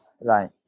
Right